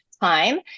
time